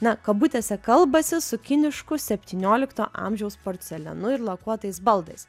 na kabutėse kalbasi su kinišku septyniolikto amžiaus porcelianu ir lakuotais baldais